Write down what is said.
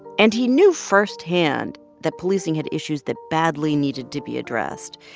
and he knew firsthand that policing had issues that badly needed to be addressed.